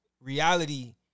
reality